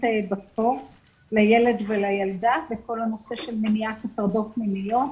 בספורט לילד ולילדה ובכל הנושא של מניעת הטרדות מיניות.